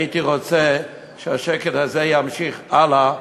הייתי רוצה שהשקט הזה יימשך הלאה,